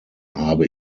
habe